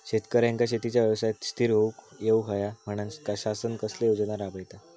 शेतकऱ्यांका शेतीच्या व्यवसायात स्थिर होवुक येऊक होया म्हणान शासन कसले योजना राबयता?